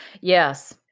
Yes